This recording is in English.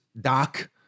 doc